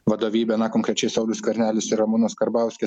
vadovybė na konkrečiai saulius skvernelis ir ramūnas karbauskis